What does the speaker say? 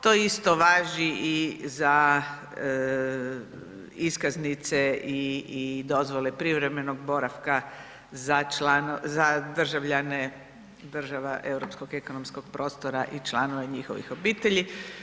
To isto važi i za iskaznice i dozvole privremenog boravka za državljane država europskog ekonomskog prostora i članova njihovih obitelji.